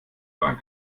dran